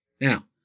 Now